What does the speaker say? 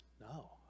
no